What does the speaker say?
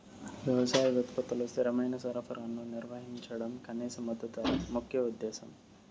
వ్యవసాయ ఉత్పత్తుల స్థిరమైన సరఫరాను నిర్వహించడం కనీస మద్దతు ధర ముఖ్య ఉద్దేశం